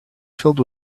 filled